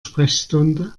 sprechstunde